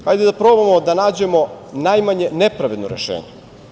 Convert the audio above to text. Hajde da probamo da nađemo najmanje nepravedno rešenje.